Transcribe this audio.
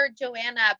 Joanna